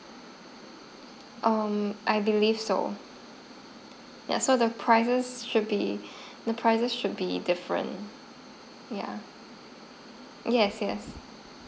um I believe so yeah so the prices should be the prices should be different yeah yes yes